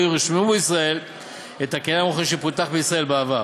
או ירשמו בישראל את הקניין הרוחני שפותח בישראל בעבר.